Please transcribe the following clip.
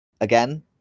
again